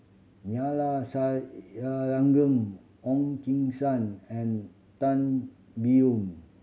Neila Sathyalingam Ong Keng Sen and Tan Biyun